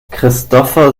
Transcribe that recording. christopher